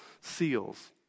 seals